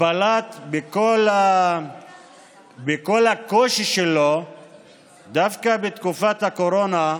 בלט בכל הקושי שלו דווקא בתקופת הקורונה,